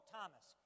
Thomas